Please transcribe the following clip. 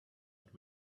and